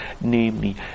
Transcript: namely